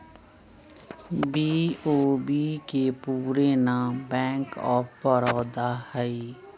BOB के पूरे नाम बैंक ऑफ बड़ौदा हइ